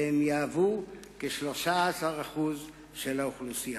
והם יהוו כ-13% מהאוכלוסייה.